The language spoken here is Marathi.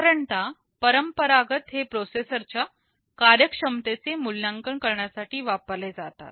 साधारणतः परंपरागत हे प्रोसेसर च्या कार्य क्षमतेचे मुल्यांकन करण्यासाठी वापरले जातात